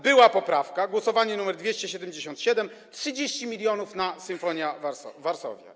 Była poprawka, głosowanie nr 277: 30 mln na Sinfonia Varsovia.